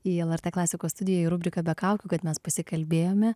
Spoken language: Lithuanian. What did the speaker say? į lrt klasikos studiją į rubrika be kaukių kad mes pasikalbėjome